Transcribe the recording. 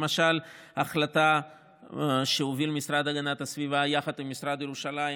למשל החלטה שהוביל משרד הגנת הסביבה יחד עם משרד ירושלים